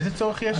איזה צורך יש?